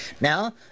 Now